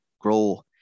grow